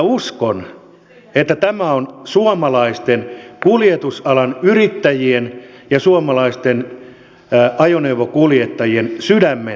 uskon että tämä on suomalaisten kuljetusalan yrittäjien ja suomalaisten ajoneuvokuljettajien sydämen ääni